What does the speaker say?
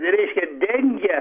reiškia dengia